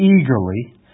eagerly